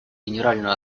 генеральную